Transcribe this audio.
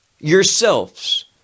yourselves